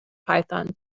python